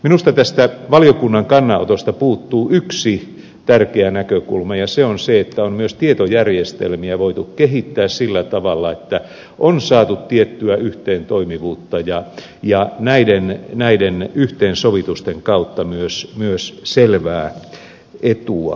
minusta tästä valiokunnan kannanotosta puuttuu yksi tärkeä näkökulma ja se on se että on myös tietojärjestelmiä voitu kehittää sillä tavalla että on saatu tiettyä yhteentoimivuutta ja näiden yhteensovitusten kautta myös selvää etua suhteessa aikaisempaan tilanteeseen